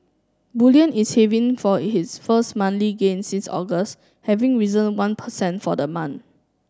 bullion is for its first monthly gain since August having risen one per cent for the month